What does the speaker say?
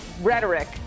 rhetoric